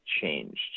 changed